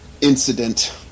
incident